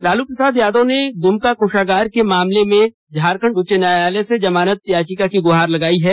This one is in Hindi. लालू प्रसाद यादव ने दुमका कोषागार के मामले में झारखंड उच्च न्यायालय से जमानत की गुहार लगाई है